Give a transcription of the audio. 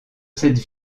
cette